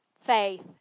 faith